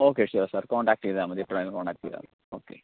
okay sure sir contact ചെയ്താൽ മതി എപ്പോഴാണെങ്കിലും കോൺടാക്ററ് ചെയ്താൽ മതി ഓക്കെ